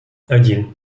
один